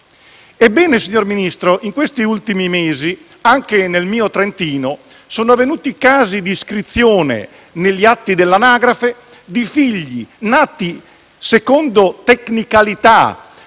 Ebbene, signor Ministro, in questi ultimi mesi anche nel mio Trentino sono avvenuti casi di iscrizione negli atti dell'anagrafe di figli nati secondo tecnicalità